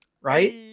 right